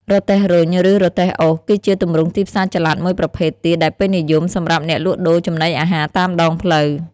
រទេះរុញ ឬ រទេះអូស គឺជាទម្រង់ទីផ្សារចល័តមួយប្រភេទទៀតដែលពេញនិយមសម្រាប់អ្នកលក់ដូរចំណីអាហារតាមដងផ្លូវ។